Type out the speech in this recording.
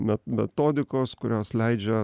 me metodikos kurios leidžia